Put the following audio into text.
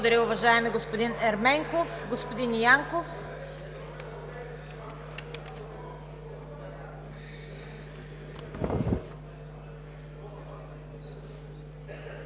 Благодаря, уважаеми господин Ерменков. Господин Янков. КРАСИМИР